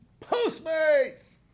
Postmates